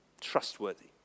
trustworthy